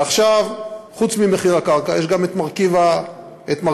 ועכשיו, חוץ ממחיר הקרקע יש גם מרכיב הפיתוח,